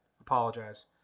apologize